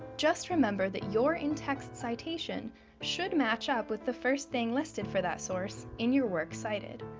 just remember that your in-text citation should match up with the first thing listed for that source in your works cited.